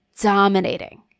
dominating